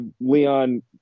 Leon